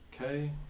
Okay